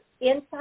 inside